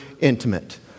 intimate